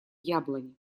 яблони